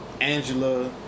Angela